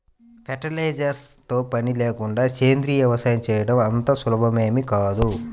fertilisers తో పని లేకుండా సేంద్రీయ వ్యవసాయం చేయడం అంత సులభమేమీ కాదు